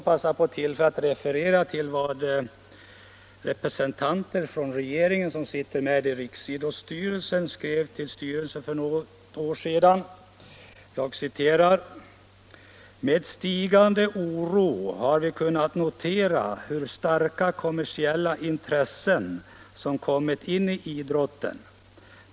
Jag kan här citera vad regeringens representanter i riksidrottsstyrelsen skrev till styrelsen för något år sedan: ”Med stigande oro har vi kunnat notera hur starka kommersiella intressen som kommit in i idrotten.